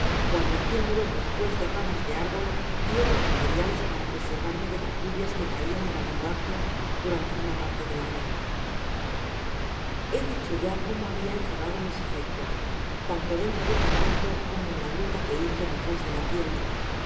guarneciéndolos despues de ramas de árbol y otros materiales para preservarme de las lluvias que caian en abundancia durante una parte del año he dicho ya cómo habia encerrado mis efectos tanto dentro del recinto como en la gruta que hice detras de la tienda pero